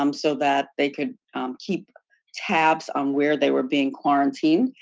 um so, that they could keep tabs on where they were being quarantined.